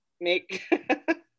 make